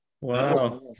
Wow